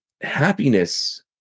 happiness